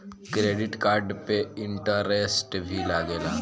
Credit card पे interest भी लागेला?